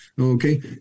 okay